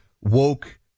woke